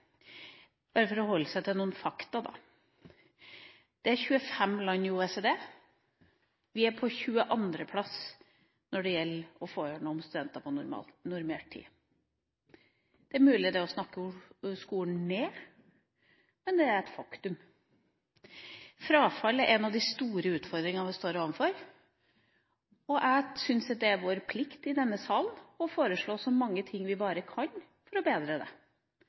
Bare for å holde seg til noen fakta: Det er 25 land i OECD. Vi er på 22. plass når det gjelder å få ut studenter på normert tid. Det er mulig det er å snakke skolen ned, men det er et faktum. Frafall er en av de store utfordringene vi står overfor, og jeg syns at det er vår plikt i denne sal å foreslå så mange ting vi bare kan for å bedre det.